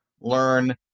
learn